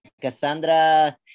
cassandra